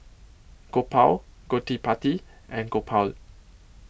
Gopal Gottipati and Gopal